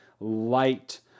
light